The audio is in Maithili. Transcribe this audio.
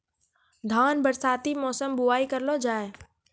धान बरसाती मौसम बुवाई करलो जा?